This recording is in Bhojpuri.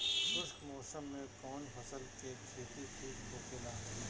शुष्क मौसम में कउन फसल के खेती ठीक होखेला?